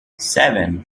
seven